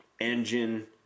engine